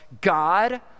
God